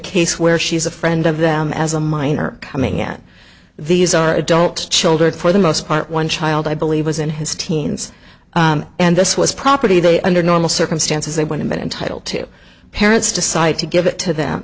case where she's a friend of them as a minor coming at these are adult children for the most part one child i believe was in his teens and this was property they under normal circumstances they would have been entitled to parents decide to give it to them